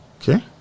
Okay